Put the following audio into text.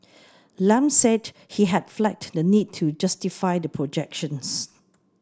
Lam said he had flagged the need to justify the projections